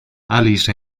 alice